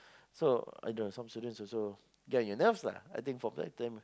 so I don't some students also get on your nerves lah I think from back then